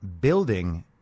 building